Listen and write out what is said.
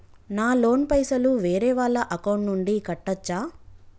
నా లోన్ పైసలు వేరే వాళ్ల అకౌంట్ నుండి కట్టచ్చా?